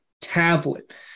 tablet